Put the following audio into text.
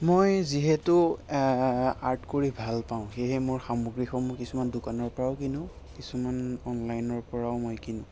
মই যিহেতু আৰ্ট কৰি ভাল পাওঁ সেয়েহে মোৰ সামগ্ৰীসমূহ কিছুমান দোকানৰ পৰাও কিনো কিছুমান অনলাইনৰ পৰাও মই কিনো